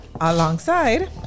alongside